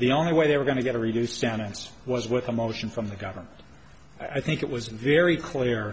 the only way they were going to get a reduced sentence was with a motion from the governor i think it was very clear